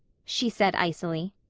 she said icily.